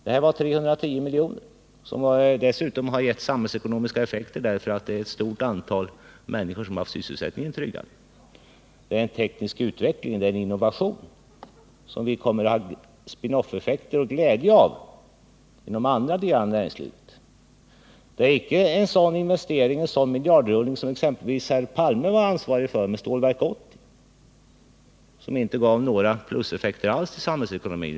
Det är fråga om 310 milj.kr., som dessutom har givit samhällsekonomiska effekter därigenom att ett stort antal människor har fått sin sysselsättning tryggad. Det innebär en teknisk utveckling och innovation, som vi får spin-off-effekter och glädje av inom andra delar av näringslivet. Det är inte en sådan miljardrullning som exempelvis herr Palme var ansvarig för genom Stålverk 80, som inte gav några pluseffekter alls för samhällsekonomin.